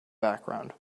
background